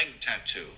tattoo